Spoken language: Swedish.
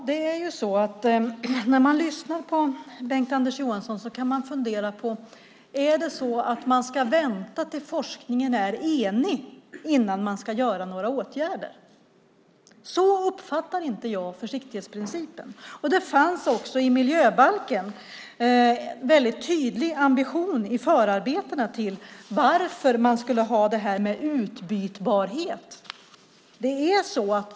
Fru talman! När jag lyssnar på Bengt-Anders Johansson kan jag undra om det är så att man ska vänta tills forskarna är eniga innan man vidtar några åtgärder. Så uppfattar inte jag försiktighetsprincipen. Det fanns också en tydlig ambition i miljöbalkens förarbeten att man ska ha utbytbarhet.